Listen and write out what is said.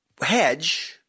hedge